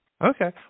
Okay